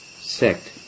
sect